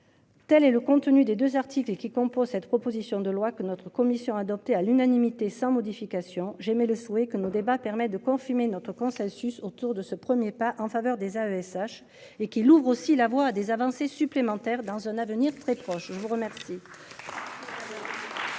Telle est le contenu des 2 articles qui composent cette proposition de loi que notre commission adopté à l'unanimité sans modification. J'émets le souhait que nos débats permet de quoi enfumer notre consensus autour de ce premier pas en faveur des AESH et qu'il ouvre aussi la voie à des avancées supplémentaires dans un avenir très proche. Je vous remercie. Merci. Dans